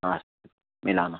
अस्तु मिलामः